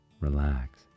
relax